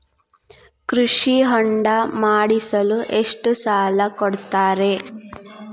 ಕೃಷಿ ಹೊಂಡ ಮಾಡಿಸಲು ಎಷ್ಟು ಸಾಲ ಕೊಡ್ತಾರೆ?